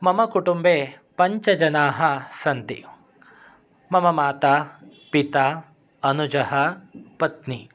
मम कुटुम्बे पञ्चजनाः सन्ति मम माता पिता अनुजः पत्नी